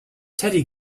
teddy